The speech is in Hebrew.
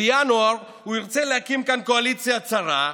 בינואר הוא ירצה להקים כאן קואליציה צרה,